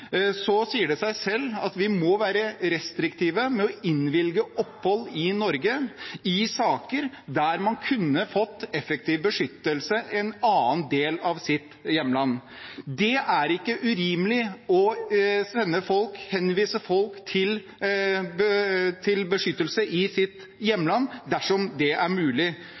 sier det seg selv at vi må være restriktive med å innvilge opphold i Norge i saker der man kunne fått effektiv beskyttelse i en annen del av sitt hjemland. Det er ikke urimelig å henvise folk til beskyttelse i sitt hjemland dersom det er mulig.